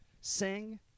sing